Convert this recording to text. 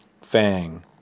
fang